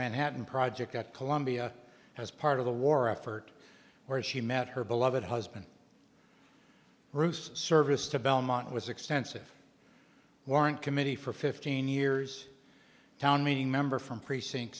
manhattan project at columbia as part of the war effort where she met her beloved husband bruce service to belmont was extensive warrant committee for fifteen years town meeting member from precinct